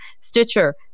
Stitcher